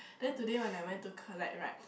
then today when I went to collect [right]